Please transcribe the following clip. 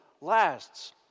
lasts